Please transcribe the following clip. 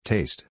Taste